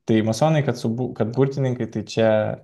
tai masonai kad su bur kad burtininkai tai čia